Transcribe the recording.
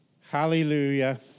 Hallelujah